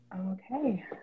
Okay